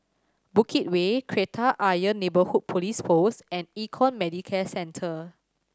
Bukit Way Kreta Ayer Neighbourhood Police Post and Econ Medicare Centre